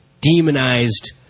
demonized